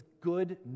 good